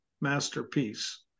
masterpiece